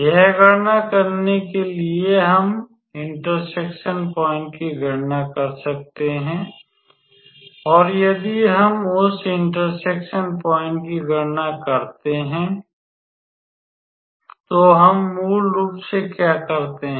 यह गणना करने के लिए कि हम इंटरसेक्शन पॉइंट की गणना कर सकते हैं और यदि हम उस इंटरसेक्शन पॉइंट की गणना करते हैं तो हम मूल रूप से क्या करते हैं